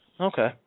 Okay